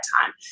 time